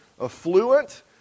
affluent